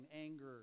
anger